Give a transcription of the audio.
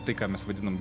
tai ką mes vadinam